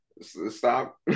stop